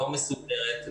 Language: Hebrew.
לא מסודרת,